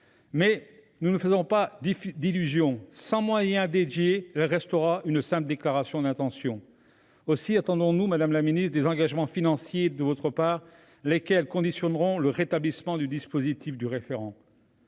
mais nous ne nous faisons pas d'illusion : sans moyens dédiés, elle restera une simple déclaration d'intention. Aussi attendons-nous des engagements financiers de votre part, lesquels conditionneront le rétablissement du dispositif du référent.